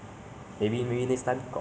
ah 女的 classmate